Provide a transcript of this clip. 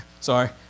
sorry